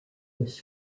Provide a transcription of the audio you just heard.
was